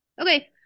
Okay